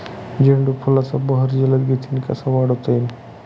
झेंडू फुलांचा बहर जलद गतीने कसा वाढवता येईल?